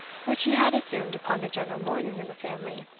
which he had assumed upon the general mourning in the family,